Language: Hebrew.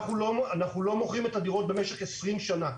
אנחנו לא מוכרים את הדירות במשך עשרים שנה.